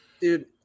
Dude